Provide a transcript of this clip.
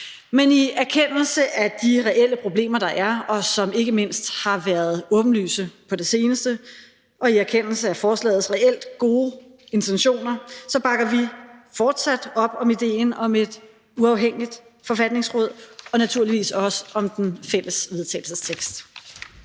Men i erkendelse af de reelle problemer, der er, og som ikke mindst har været åbenlyse på det seneste, og i erkendelse af forslagets reelt gode intentioner, bakker vi fortsat op om idéen om et uafhængigt forfatningsråd og naturligvis også om den fælles vedtagelsestekst.